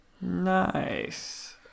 Nice